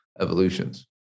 evolutions